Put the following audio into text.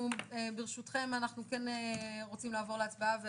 ברשותכם, אנחנו כן רוצים לעבור להצבעה.